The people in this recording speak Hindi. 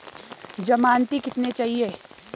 ज़मानती कितने चाहिये?